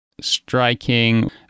striking